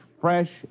fresh